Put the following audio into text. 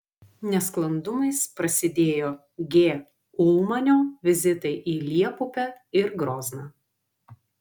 nesklandumais prasidėjo g ulmanio vizitai į liepupę ir grozną